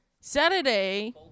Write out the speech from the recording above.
Saturday